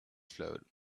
float